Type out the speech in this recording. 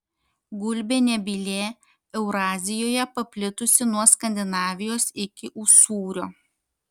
gulbė nebylė eurazijoje paplitusi nuo skandinavijos iki usūrio